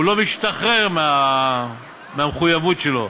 הוא לא משתחרר מהמחויבות שלו,